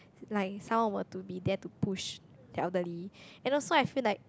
like someone were to be there to push the elderly and also I feel like